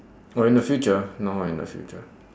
oh in the future long in the future